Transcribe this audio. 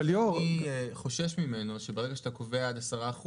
מה שאני חושש ממנו זה שברגע שאתה קובע עד 10%,